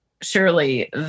surely